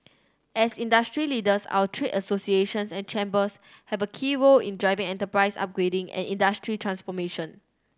as industry leaders our trade associations and chambers have a key role in driving enterprise upgrading and industry transformation